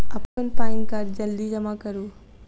अप्पन पानि कार्ड जल्दी जमा करू?